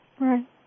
Right